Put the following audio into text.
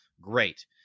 great